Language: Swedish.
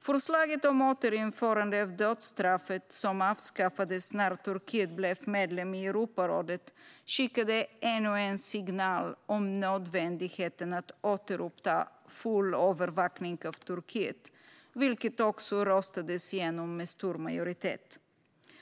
Förslaget om återinförande av dödsstraffet, som avskaffades när Turkiet blev medlem i Europarådet, skickade ännu en signal om nödvändigheten av att återuppta full övervakning av Turkiet, vilket också röstades igenom med stor majoritet.